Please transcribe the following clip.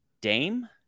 Dame